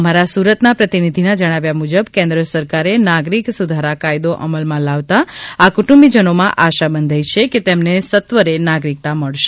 અમારા સુરતના પ્રતિનિધિના જણાવ્યા મુજબ કેન્દ્ર સરકારે નાગરીક સુધારા કાયદો અમલમાં લાવતા આ કુટુંબીજનોમાં આશા બંધાઈ છેકે તેમને સત્વરે નાગરીક્તા મળશે